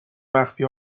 مخفی